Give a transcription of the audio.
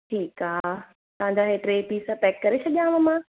ठीकु आहे तव्हांजा हे ट पीस पेक करे छॾियांव मां